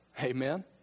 Amen